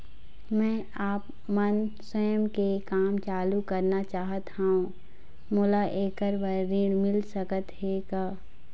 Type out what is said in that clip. मैं आपमन स्वयं के काम चालू करना चाहत हाव, मोला ऐकर बर ऋण मिल सकत हे का?